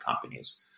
companies